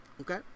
okay